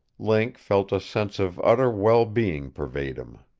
link felt a sense of utter well-being pervade him.